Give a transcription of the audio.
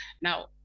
Now